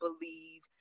believe